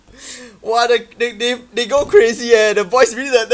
!wah! the they they they go crazy eh the boys really like damn